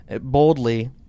boldly